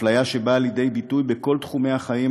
אפליה שבאה לידי ביטוי בכל תחומי החיים,